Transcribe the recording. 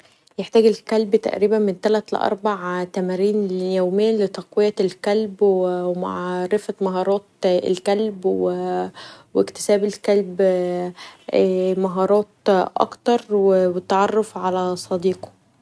يحتاج الكلب تقريبا من تلت الي اربع تمارين يوميا لتقويه الكلب و معرفه مهارات الكلب و اكتساب الكلب مهارات اكتر و التعرف علي صديقه.